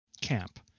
camp